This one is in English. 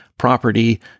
property